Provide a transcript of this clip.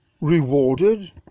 rewarded